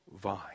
vine